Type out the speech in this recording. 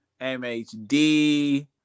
MHD